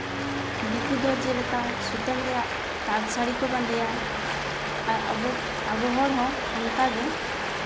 ᱫᱤᱠᱩ ᱫᱚ ᱡᱮᱞᱮᱠᱟ ᱥᱩᱛᱟᱹᱢ ᱨᱮᱭᱟᱜ ᱛᱟᱸᱛ ᱥᱟᱹᱲᱤ ᱠᱚ ᱵᱟᱸᱫᱮᱭᱟ ᱟᱨ ᱟᱵᱚ ᱟᱵᱚ ᱦᱚᱲ ᱦᱚᱸ ᱚᱱᱠᱟᱜᱮ